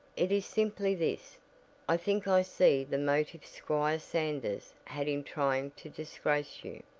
it is simply this i think i see the motive squire sanders had in trying to disgrace you.